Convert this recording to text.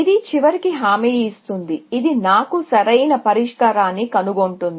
ఇది చివరికి హామీ ఇస్తుంది ఇది నాకు సరైన పరిష్కారాన్ని కనుగొంటుంది